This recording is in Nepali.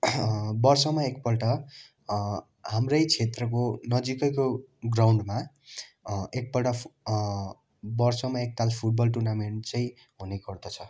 वर्षमा एकपल्ट हाम्रै क्षेत्रको नजिकैको ग्राउन्डमा एकपल्ट फ वर्षमा एकताल फुटबल टुर्नामेन्ट चाहिँ हुने गर्दछ